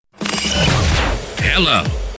Hello